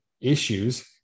issues